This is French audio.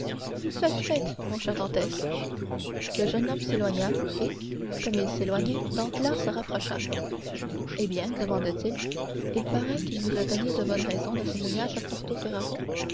faites mon cher dantès le jeune homme s'éloigna et comme il s'éloignait danglars se rapprocha eh bien demanda-t-il il paraît qu'il vous a donné de bonnes raisons de son mouillage à